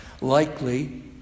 Likely